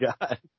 God